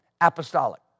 apostolic